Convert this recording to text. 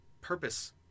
purpose